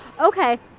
okay